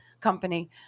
company